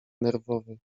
nerwowy